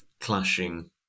clashing